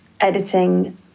editing